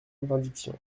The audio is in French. interdiction